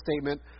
statement